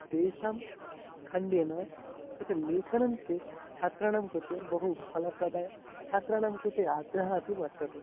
तेषां खण्डेन तत्र लेखनं चेत् छात्राणां कृते बहु फलप्रदायकं छात्राणां कृते आग्रहः अपि वर्तते